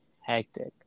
hectic